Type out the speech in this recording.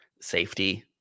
Safety